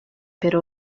per